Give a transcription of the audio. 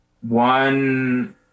one